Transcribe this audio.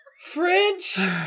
French